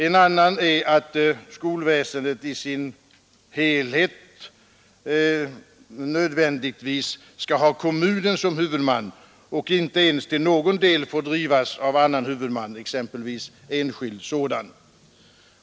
En annan är att skolväsendet i sin helhet nödvändigtvis skall ha kommunen som huvudman och inte ens till någon del får drivas av annan huvudman, exempelvis enskild sådan.